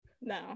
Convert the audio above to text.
No